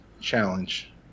challenge